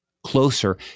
closer